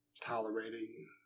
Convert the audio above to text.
tolerating